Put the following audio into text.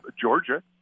Georgia